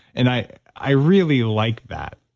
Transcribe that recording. and i i really like that.